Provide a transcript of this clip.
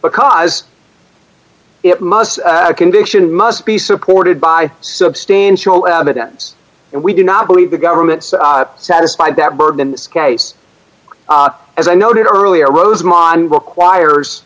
because it must a conviction must be supported by substantial evidence and we do not believe the government's satisfied that burden in this case as i noted earlier rosemont requires